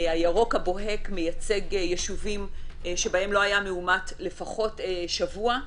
הירוק הבוהק מייצג יישובים שבהם לא היה מאומת לפחות שבוע,